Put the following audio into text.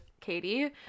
Katie